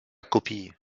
copier